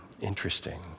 interesting